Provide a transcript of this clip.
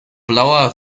blauer